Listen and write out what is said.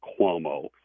Cuomo